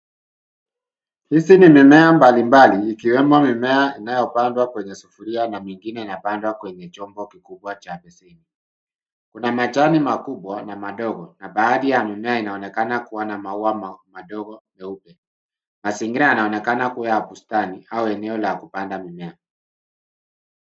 Hizi ni mimea mbali mbali zikiwemo mimea inayo pandwa kwenye sufuria na mengine ina pandwa kwenye chombo kikubwa cha beseni. Kuna majani makubwa na madogo na baadhi ya mimea inaonekana kuwa na maua madogo meupe. Mazingira yanaonekana kuwa ya bustani au eneo la kupanda mimea.